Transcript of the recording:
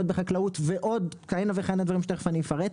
בחקלאות ועוד כהנה וכהנה דברים שתיכף אני אפרט,